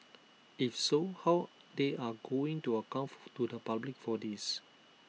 if so how they are going to account to the public for this